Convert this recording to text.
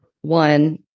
One